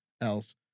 else